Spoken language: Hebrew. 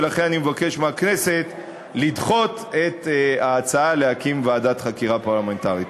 ולכן אני מבקש מהכנסת לדחות את ההצעה להקים ועדת חקירה פרלמנטרית.